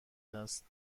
است